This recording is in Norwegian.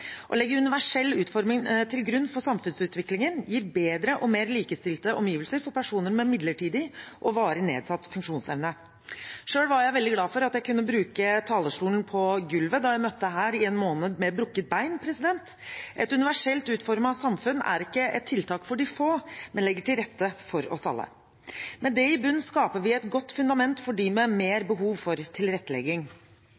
Å legge universell utforming til grunn for samfunnsutviklingen gir bedre og mer likestilte omgivelser for personer med midlertidig og varig nedsatt funksjonsevne. Selv var jeg veldig glad for at jeg kunne bruke talerstolen her på gulvet da jeg møtte i Stortinget i en måned med brukket ben. Et universelt utformet samfunn er ikke et tiltak for de få, men legger til rette for oss alle. Med det i bunnen skaper vi et godt fundament for dem med mer